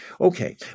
Okay